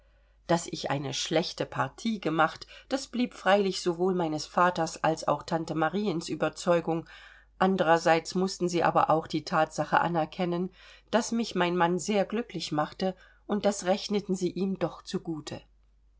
daß ich eine schlechte partie gemacht das blieb freilich sowohl meines vaters als auch tante mariens überzeugung andererseits mußten sie aber auch die thatsache anerkennen daß mich mein mann sehr glücklich machte und das rechneten sie ihm doch zu